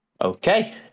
Okay